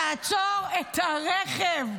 תעצור את הרכב.